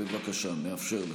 בבקשה, נאפשר לך.